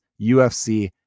UFC